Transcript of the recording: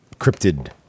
cryptid